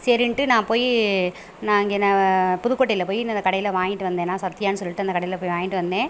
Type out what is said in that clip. சரின்ட்டு நான் போய் நான் இங்கே ந புதுக்கோட்டையில் போய் ந ந கடையில் வாங்கிட்டு வந்தேன் நான் சத்யானு சொல்லிட்டு அந்த கடையில் போய் வாங்கிட்டு வந்தேன்